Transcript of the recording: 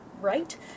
right